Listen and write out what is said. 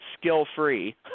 skill-free